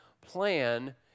plan